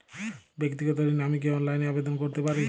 ব্যাক্তিগত ঋণ আমি কি অনলাইন এ আবেদন করতে পারি?